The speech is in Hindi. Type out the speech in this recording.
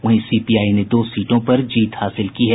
वहीं सीपीआई ने दो सीटों पर जीत हासिल की है